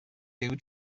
huw